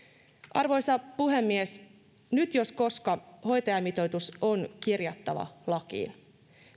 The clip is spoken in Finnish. arvoisa puhemies nyt jos koska hoitajamitoitus on kirjattava lakiin